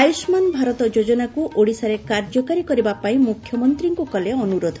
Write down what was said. ଆୟୁଷ୍ଳାନ ଭାରତ ଯୋଜନାକୁ ଓଡ଼ିଶାରେ କାର୍ଯ୍ୟକାରୀ କରିବାପାଇଁ ମୁଖ୍ୟମନ୍ତୀଙ୍କୁ କଲେ ଅନୁରୋଧ